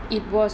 it was